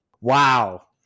wow